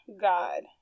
god